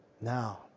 Now